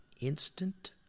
instant